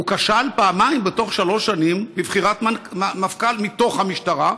הוא כשל פעמיים בתוך שלוש שנים בבחירת מפכ"ל מתוך המשטרה,